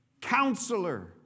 Counselor